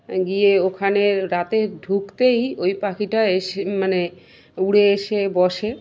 গিয়ে ওখানে রাতে ঢুকতেই ওই পাখিটা এসে মানে উড়ে এসে বসে